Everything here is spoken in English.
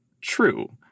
true